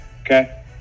okay